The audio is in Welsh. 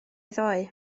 ddoe